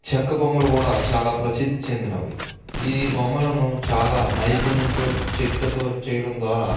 చెక్క బొమ్మలు కూడా చాలా ప్రసిద్ది చెందినవి ఈ బొమ్మలను చాలా నైపుణ్యంతో చెక్కుతూ చేయడం ద్వారా